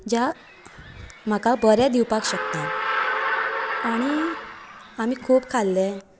ज्या म्हाका बरें दिवपाक शकता आनी आमी खूब खाल्ले